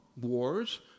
Wars